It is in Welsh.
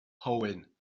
hywyn